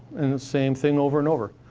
and the same thing over and over.